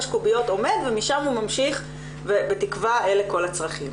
קוביות עומד ומשם הוא ממשיך ובתקווה אלה כל הצרכים.